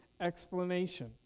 explanation